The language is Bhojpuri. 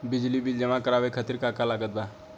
बिजली बिल जमा करावे खातिर का का लागत बा?